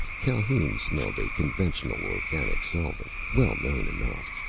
calhoun smelled a conventional organic solvent, well-known enough.